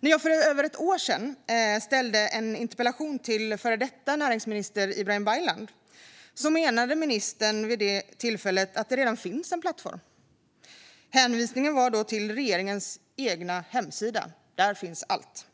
När jag för över ett år sedan ställde en interpellation till den före detta näringsministern Ibrahim Baylan menade han att det redan finns en plattform. Han hänvisade till regeringens egen hemsida - där finns allt!